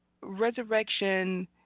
resurrection